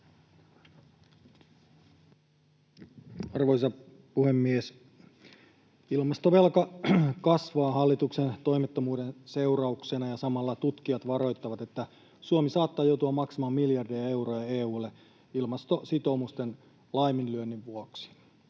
Arvoisa puhemies! Ilmastovelka kasvaa hallituksen toimettomuuden seurauksena, ja samalla tutkijat varoittavat, että Suomi saattaa joutua maksamaan miljardeja euroja EU:lle ilmastositoumusten laiminlyönnin vuoksi.